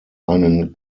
einen